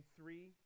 three